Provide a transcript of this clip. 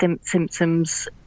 symptoms